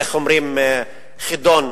איך אומרים, חידון.